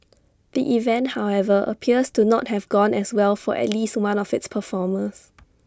the event however appears to not have gone as well for at least one of its performers